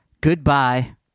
Goodbye